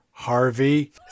Harvey